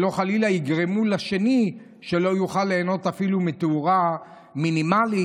שלא חלילה יגרמו לשני שלא יוכל ליהנות אפילו מתאורה מינימלית.